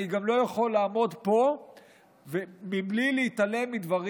אני גם לא יכול לעמוד פה בלי להתעלם מדברים